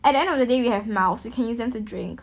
at end of the day we have mouths you can use them to drink